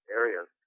areas